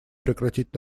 прекратить